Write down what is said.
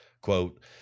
Quote